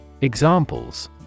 Examples